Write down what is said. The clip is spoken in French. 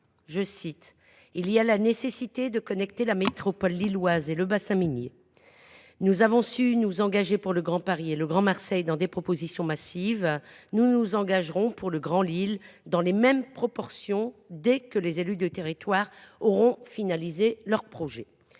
qu’il était nécessaire de connecter la métropole lilloise et le bassin minier. Il a alors pris cet engagement :« Nous avons su nous engager pour le Grand Paris et le Grand Marseille dans des proportions massives, nous nous engagerons pour le Grand Lille, dans les mêmes proportions dès que les élus du territoire auront finalisé leur projet. »